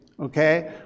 okay